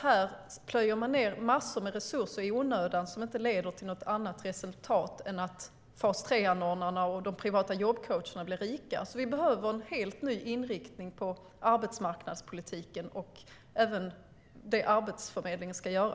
Här plöjer man ned massor med resurser i onödan som inte leder till något annat resultat än att fas 3-anordnarna och de privata jobbcoacherna blir rika. Vi behöver en helt ny inriktning på arbetsmarknadspolitiken och även på det Arbetsförmedlingen ska göra.